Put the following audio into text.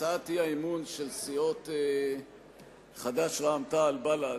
בהצעת האי-אמון של סיעות חד"ש, רע"ם-תע"ל ובל"ד,